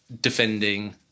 defending